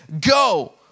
Go